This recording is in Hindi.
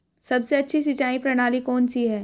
सबसे अच्छी सिंचाई प्रणाली कौन सी है?